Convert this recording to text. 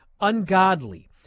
ungodly